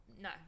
no